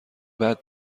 بعد